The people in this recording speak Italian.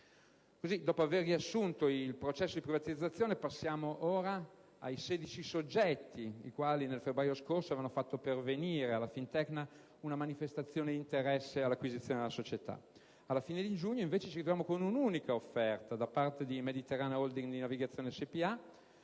Dopo aver riassunto il processo di privatizzazione, passiamo ora ai 16 soggetti i quali, nel febbraio scorso, avevano fatto pervenire a Fintecna Spa una manifestazione di interesse all'acquisizione della società. Alla fine di giugno, c'era invece un'unica offerta di acquisto da parte di Mediterranea Holding di Navigazione Spa,